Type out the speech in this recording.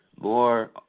more